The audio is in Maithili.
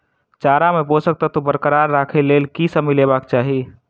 चारा मे पोसक तत्व बरकरार राखै लेल की सब मिलेबाक चाहि?